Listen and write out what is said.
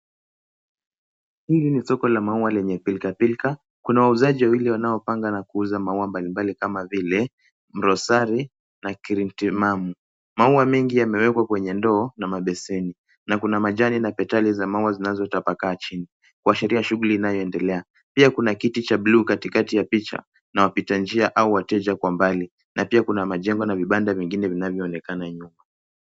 Hili ni soko la maua lenye pilkapilka. Kuna wauzaji wawili wanaopanga na kuuza maua mbali mbali kama vile mrosari na kirintimamu. Maua mengi yamewekwa kwenye ndoo na mabeseni na kuna majani na petali za maua zinazotapakaa chini, kuasharia shughuli inayoendelea. Pia kuna kiti cha blue katikati ya picha na wapita njia au wateja kwa mbali. Na pia kuna majengo na vibanda vingine vinavyoonekana nyuma.